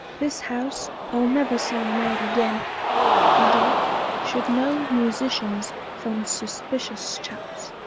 this house i'll never serenade again a dog should know musicians from suspicious chaps,